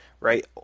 Right